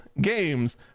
games